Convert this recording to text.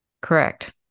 Correct